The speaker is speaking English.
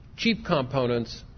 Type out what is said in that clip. cheap components,